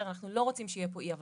אנחנו לא רוצים שיהיו פה אי הבנות.